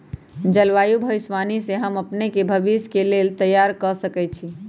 जलवायु भविष्यवाणी से हम अपने के भविष्य के लेल तइयार कऽ सकै छी